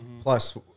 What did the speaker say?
Plus